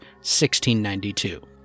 1692